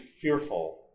fearful